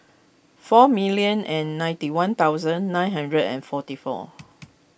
four million and ninety one thousand nine hundred and forty four